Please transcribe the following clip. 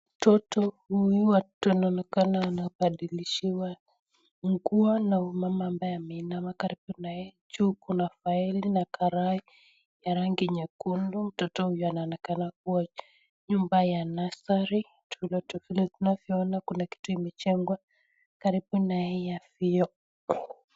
Mtoto huyu anaonekana anabadilishiwa nguo na mama ambaye ameinama karibu na yeye, juu kuna faili na karai ya rangi nyekundu, mtoto huyu anaonekana kuwa nyumba ya nursery vile tunavyoona, kuna kitu imejengwa karibu na yeye ya vioo.